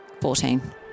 fourteen